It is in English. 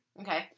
Okay